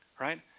Right